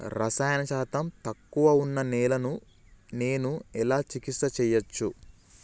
రసాయన శాతం తక్కువ ఉన్న నేలను నేను ఎలా చికిత్స చేయచ్చు?